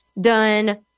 done